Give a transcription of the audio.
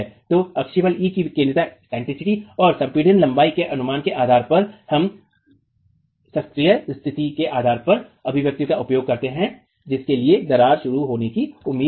तो अक्षीय बल e की विकेंद्रिता और संपीड़ित लंबाई के अनुमान के आधार पर हम शास्त्रीय स्थिति के आधार पर उन अभिव्यक्तियों का उपयोग करते हैं जिनके लिए दरार शुरू होने की उम्मीद है